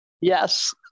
Yes